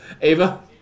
ava